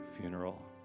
funeral